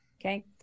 okay